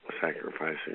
Sacrificing